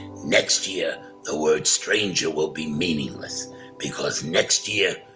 next year, the word stranger will be meaningless because next year,